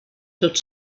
tot